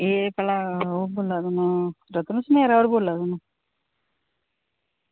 एह् भला ओह् रतन सनैरा होर बोल्ला दे न